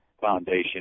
Foundation